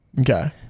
Okay